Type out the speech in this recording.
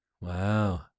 Wow